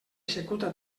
executa